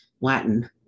latin